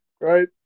right